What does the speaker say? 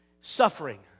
suffering